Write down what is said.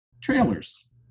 trailers